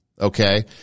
okay